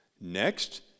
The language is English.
Next